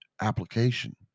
application